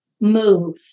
move